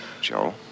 Joe